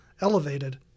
elevated